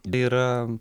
bei yra